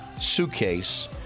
suitcase